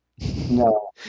No